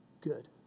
good